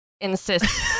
insist